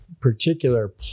particular